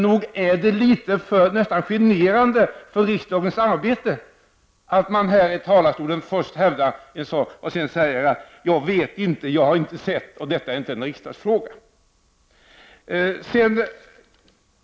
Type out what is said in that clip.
Nog är det generande för riksdagens arbete att man från denna talarstol först hävdar en sak och sedan säger: Jag vet inte, jag har inte tillgång till uppgifterna och detta är inte en riksdagsfråga.